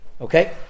okay